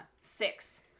Six